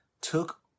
took